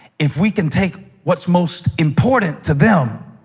if we can take what's most important to them